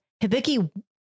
Hibiki